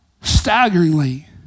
staggeringly